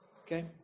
Okay